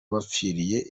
bapfiriye